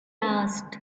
asked